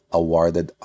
awarded